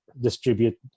distribute